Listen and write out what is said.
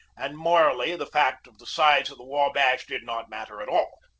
and morally the fact of the size of the wabash did not matter at all.